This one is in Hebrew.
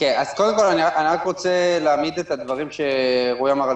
אני רק רוצה להעמיד את הדברים שנאמרו על